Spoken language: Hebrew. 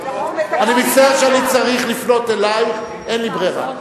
אני מצטער שאני צריך לפנות אלייך, אין לי ברירה.